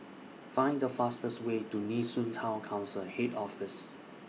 Find The fastest Way to Nee Soon Town Council Head Office